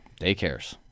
daycares